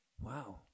Wow